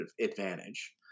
advantage